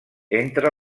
entre